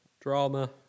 drama